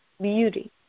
beauty